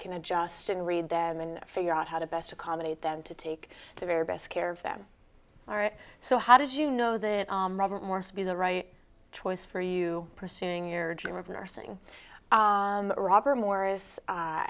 can adjust and read them and figure out how to best accommodate them to take the very best care of them all right so how did you know that robert morris to be the right choice for you pursuing your dream of nursing robert morris